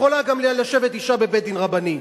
יכולה גם אשה לשבת בבית-דין רבני.